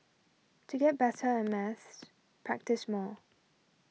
to get better at maths practise more